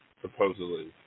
supposedly